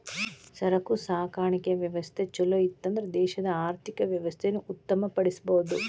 ಸರಕು ಸಾಗಾಣಿಕೆಯ ವ್ಯವಸ್ಥಾ ಛಲೋಇತ್ತನ್ದ್ರ ದೇಶದ ಆರ್ಥಿಕ ವ್ಯವಸ್ಥೆಯನ್ನ ಉತ್ತಮ ಪಡಿಸಬಹುದು